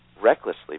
recklessly